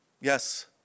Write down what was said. yes